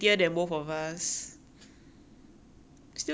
still the same she's still prettier than the both of us